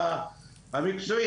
איש המקצוע,